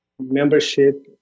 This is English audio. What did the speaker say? membership